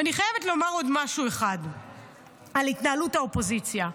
ואני חייבת לומר עוד משהו אחד על התנהלות האופוזיציה.